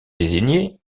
désignés